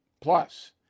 Plus